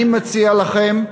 אני מציע לכם,